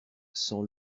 sans